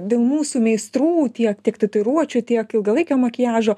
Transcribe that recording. dėl mūsų meistrų tiek tiek tatuiruočių tiek ilgalaikio makiažo